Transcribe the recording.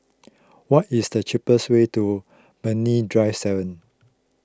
what is the cheapest way to Brani Drive seven